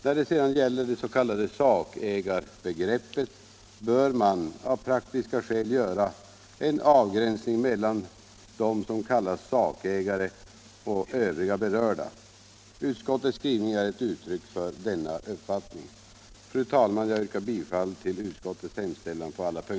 När det gäller det s.k. sakägarbegreppet bör man av praktiska skäl göra en avgränsning mellan dem som kallas sakägare och övriga berörda. Utskottets skrivning är ett uttryck för denna uppfattning. Fru talman! Jag yrkar på båda punkterna bifall till utskottets hemställan.